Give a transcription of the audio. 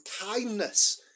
kindness